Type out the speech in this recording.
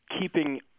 keeping